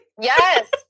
Yes